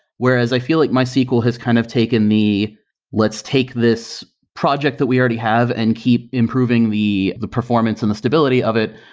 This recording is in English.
whereas i feel it mysql has kind of taken the let's take this project that we already have and keep improving the the performance and the stability of it,